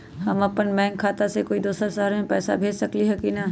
हम अपन बैंक खाता से कोई दोसर शहर में पैसा भेज सकली ह की न?